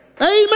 amen